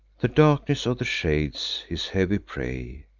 the darkness of the shades, his heavy prey,